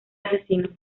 asesino